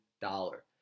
dollar